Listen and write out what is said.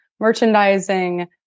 Merchandising